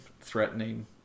threatening